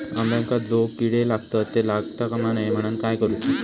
अंब्यांका जो किडे लागतत ते लागता कमा नये म्हनाण काय करूचा?